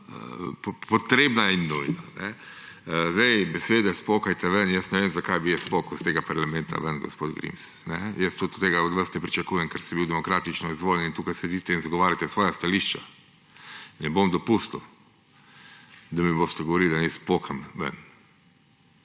potrebna in nujna. Besede »spokajte ven«; jaz ne vem, zakaj bi jaz spokal iz tega parlamenta ven, gospod Grims. Jaz tudi tega od vas ne pričakujem, ker ste bili demokratično izvoljeni in tukaj sedite ter zagovarjate svoja stališča. Ne bom dopustil, da mi boste govorili, da naj spokam ven.